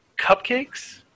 cupcakes